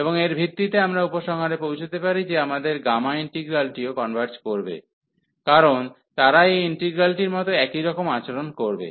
এবং এর ভিত্তিতে আমরা উপসংহারে পৌঁছাতে পারি যে আমাদের গামা ইন্টিগ্রালটিও কনভার্জ করবে কারণ তারা এই ইন্টিগ্রালটির মত একই রকম আচরণ করবে